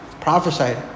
prophesied